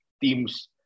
teams